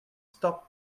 stop